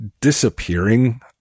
disappearing